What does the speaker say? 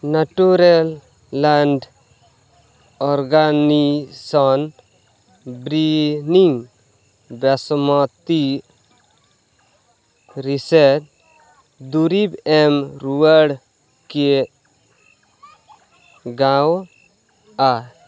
Natureland organics biryani basmati rice ᱫᱩᱨᱤᱵᱽ ᱮᱢ ᱨᱩᱣᱟᱹᱲ ᱠᱤ ᱜᱟᱱᱚᱜᱼᱟ